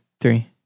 three